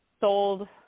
sold